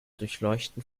durchleuchten